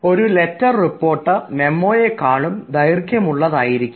ഒരു letter report മെമ്മോയെക്കാളും ദൈർഘ്യം ഉള്ളതായിരിക്കും